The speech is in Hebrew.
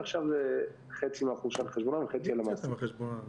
ועכשיו חצי מהחופשה על חשבונם וחצי על חשבון המעסיק.